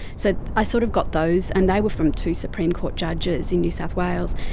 so i sort of got those, and they were from two supreme court judges in new south wales.